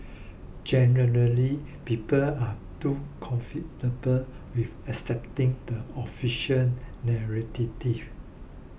generally people are too comfortable with accepting the official